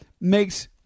makes